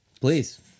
Please